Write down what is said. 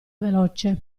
veloce